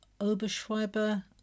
Oberschweiber